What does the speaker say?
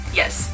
,Yes